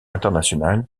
internationale